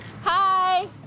Hi